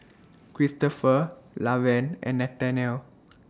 Kristopher Lavern and Nathanial